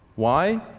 why?